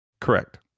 Correct